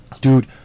dude